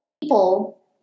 People